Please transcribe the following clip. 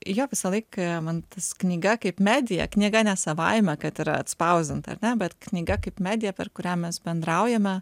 jo visą laiką man tas knyga kaip medija knyga ne savaime kad yra atspausdinta ar ne bet knyga kaip medija per kurią mes bendraujame